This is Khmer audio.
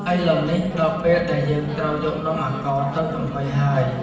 ឥឡូវនេះ ដល់ពេលដែលយើងត្រូវយកនំអាកោរទៅចំហុយហើយ។